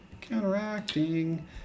Counteracting